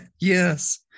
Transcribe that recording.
Yes